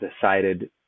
decided